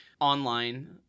online